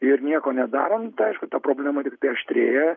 ir nieko nedarom tai aišku ta problema tiktai aštrėja